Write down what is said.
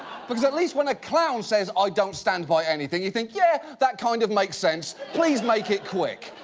because at least when a clown says, i don't stand by anything, you think, yeah, that kind of makes sense. please make it quick.